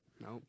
Nope